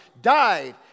died